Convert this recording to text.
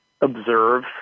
observe